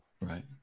Right